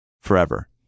forever